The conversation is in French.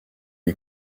les